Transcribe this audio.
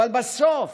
אבל בסוף